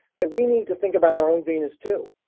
that we need to think about our own venus, too,